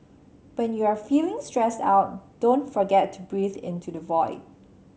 when you are feeling stressed out don't forget to breathe into the void